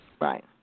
Right